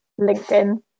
LinkedIn